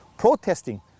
protesting